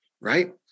right